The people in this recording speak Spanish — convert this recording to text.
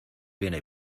viene